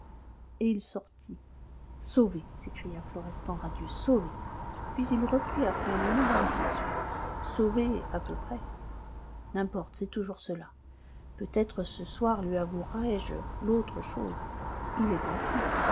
et il sortit sauvé s'écria florestan radieux sauvé puis il reprit après un moment de réflexion sauvé à peu près n'importe c'est toujours cela peut-être ce soir lui avouerai-je l'autre chose il est en train